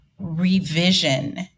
revision